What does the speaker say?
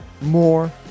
More